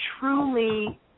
truly